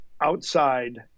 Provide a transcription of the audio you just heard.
outside